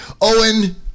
Owen